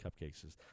cupcakes